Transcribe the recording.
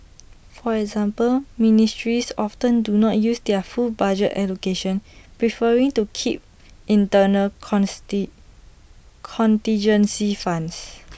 for example ministries often do not use their full budget allocations preferring to keep internal contingency funds